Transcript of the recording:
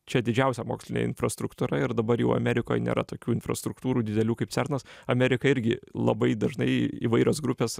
čia didžiausia mokslinė infrastruktūra ir dabar jau amerikoj nėra tokių infrastruktūrų didelių kaip cernas amerika irgi labai dažnai įvairios grupės